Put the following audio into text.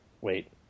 wait